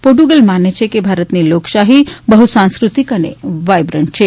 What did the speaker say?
Portugal માને છે કે ભારતની લોકશાહી બહ્સાંસ્કૃતિક અને વાયબ્રન્ટ છે